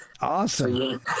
awesome